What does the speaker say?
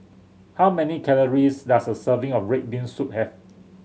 how many calories does a serving of red bean soup have